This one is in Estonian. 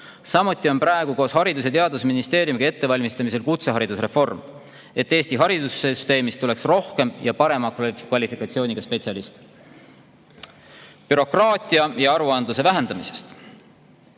Samuti on praegu koos Haridus- ja Teadusministeeriumiga ettevalmistamisel kutseharidusreform, et Eesti haridussüsteemist tuleks rohkem ja parema kvalifikatsiooniga spetsialiste. Bürokraatia ja aruandluse vähendamisest.